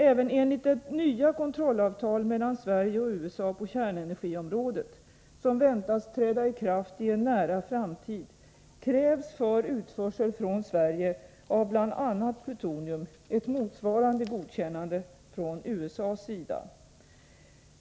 Även enligt det nya kontrollavtal mellan Sverige och USA på kärnenergiområdet, som väntas träda i kraft i en nära framtid, krävs för utförsel från Sverige av bl.a. plutonium ett motsvarande godkännande från USA:s sida.